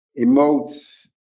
emotes